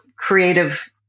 creative